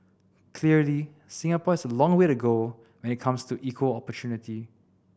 clearly Singapore has a long way to go when it comes to equal opportunity